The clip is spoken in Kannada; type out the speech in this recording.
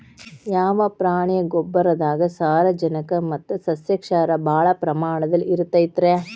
ಯಾವ ಪ್ರಾಣಿಯ ಗೊಬ್ಬರದಾಗ ಸಾರಜನಕ ಮತ್ತ ಸಸ್ಯಕ್ಷಾರ ಭಾಳ ಪ್ರಮಾಣದಲ್ಲಿ ಇರುತೈತರೇ?